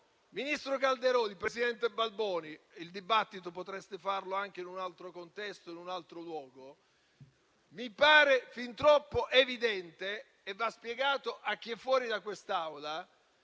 ministro Calderoli e presidente Balboni. Il dibattito potreste farlo anche in un altro contesto e in un altro luogo. Mi pare fin troppo evidente - e va spiegato a chi è fuori da quest'Aula - che